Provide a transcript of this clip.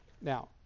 Now